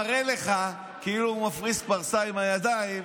אז הוא מראה לך כאילו הוא מפריס פרסה עם הידיים,